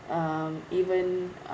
um even